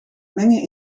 mengen